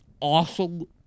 Awesome